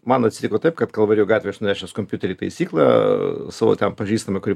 man atsitiko taip kad kalvarijų gatvėj aš nunešęs kompiuterį į taisyklą savo ten pažįstamai kuri